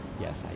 Yes